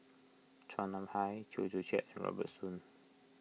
Chua Nam Hai Chew Joo Chiat and Robert Soon